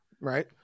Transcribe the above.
right